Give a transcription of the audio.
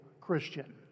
Christian